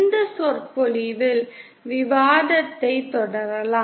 இந்த சொற்பொழிவில் விவாதத்தைத் தொடரலாம்